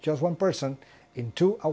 just one person into a